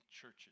churches